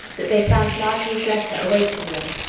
that they found marjorie's letter await ing them.